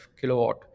kilowatt